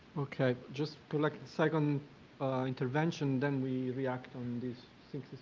okay, just for, like, a second intervention then we react on this.